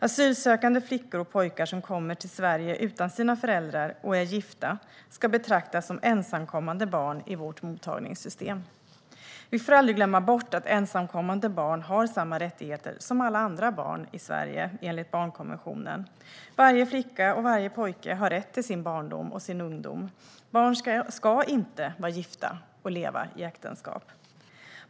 Asylsökande flickor och pojkar som kommer till Sverige utan sina föräldrar och är gifta ska betraktas som ensamkommande barn i vårt mottagningssystem. Vi får aldrig glömma bort att ensamkommande barn har samma rättigheter som alla andra barn i Sverige enligt barnkonventionen. Varje flicka och varje pojke har rätt till sin barndom och ungdom. Barn ska inte vara gifta och leva i äktenskap.